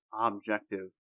objective